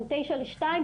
או בין תשע לשתיים,